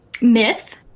myth